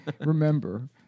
Remember